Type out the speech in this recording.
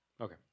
Okay